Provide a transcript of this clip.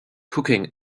cooking